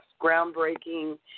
groundbreaking